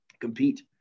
compete